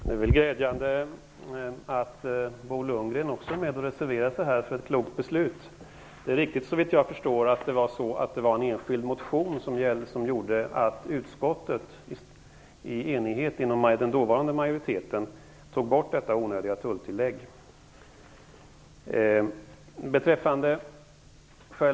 Herr talman! Det är glädjande att också Bo Lundgren reserverat sig för ett klokt beslut. Det var med anledning av en enskild motion som den dåvarande majoriteten i utskottet i enighet föreslog att detta onödiga tulltillägg skulle tas bort.